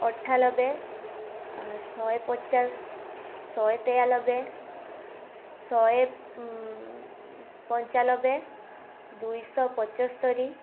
ଅଠାଲବେ ଆ ଶହେପଚାଶ ଶହେ ତେୟାଲବେ ଶହେ ପଞ୍ଚାଲବେ ଦୁଇଶହ ପଚସ୍ତରୀ